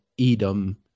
edom